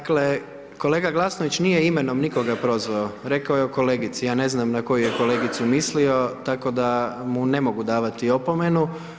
Dakle, kolega Glasnović nije imenom nikoga prozvao, rekao je o kolegici, ja ne znam na koju je kolegicu mislio, tako da mu ne mogu davati opomenu.